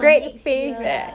I don't know leh